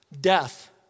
death